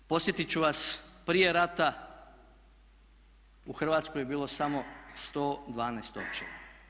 Podsjetit ću vas prije rata u Hrvatskoj je bilo samo 112 općina.